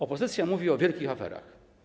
Opozycja mówi o wielkich aferach.